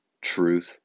truth